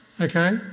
Okay